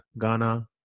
Ghana